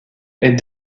est